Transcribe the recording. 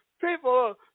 people